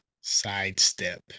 sidestep